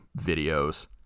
videos